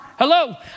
Hello